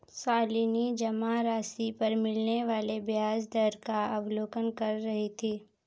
शालिनी जमा राशि पर मिलने वाले ब्याज दर का अवलोकन कर रही थी